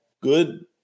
good